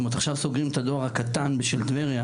עכשיו סוגרים את הדואר הקטן של טבריה.